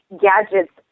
gadgets